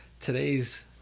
today's